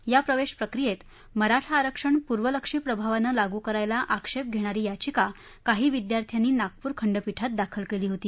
या प्रवेश प्रक्रियेत मराठा आरक्षण पूर्वलक्ष्यी प्रभावानं लागू करायला आक्षेप घेणारी याचिका काही विद्यार्थ्यांनी नागपूर खंडपीठात दाखल केली होती